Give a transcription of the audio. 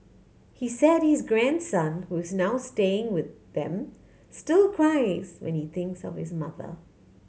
he said his grandson who is now staying with them still cries when he thinks of his mother